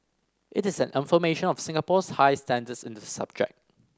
it is an affirmation of Singapore's high standards in the subject